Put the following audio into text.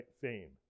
fame